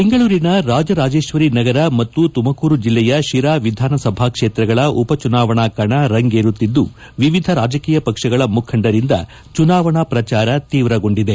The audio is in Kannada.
ಬೆಂಗಳೂರಿನ ರಾಜರಾಜೇಶ್ವರಿ ನಗರ ಮತ್ತು ತುಮಕೂರು ಜಿಲ್ಲೆಯ ಶಿರಾ ವಿಧಾನಸಭಾ ಕ್ಷೇತ್ರಗಳ ಉಪಚುನಾವಣಾ ಕಣ ರಂಗೇರುತ್ತಿದ್ದು ವಿವಿಧ ರಾಜಕೀಯ ಪಕ್ಷಗಳ ಮುಖಂಡರಿಂದ ಚುನಾವಣಾ ಪ್ರಚಾರ ತೀವ್ರಗೊಂಡಿದೆ